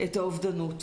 האובדנות.